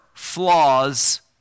Flaws